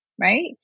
right